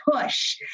push